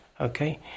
okay